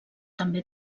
també